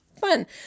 fun